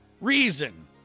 reason